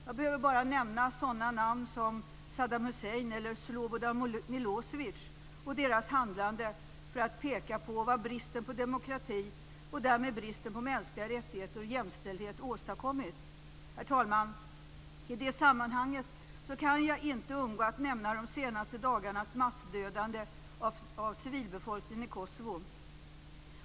Jag behöver bara nämna sådana namn som Saddam Hussein eller Slobodan Milosevic och ta upp deras handlande för att peka på vad bristen på demokrati, och därmed bristen på mänskliga rättigheter och jämställdhet, åstadkommit. Herr talman! I det sammanhanget kan jag inte undgå att nämna de senaste dagarnas massdödande av civilbefolkningen i Kosovo.